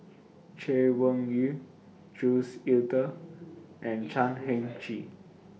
Chay Weng Yew Jules Itier and Chan Heng Chee